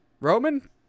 Roman